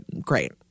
Great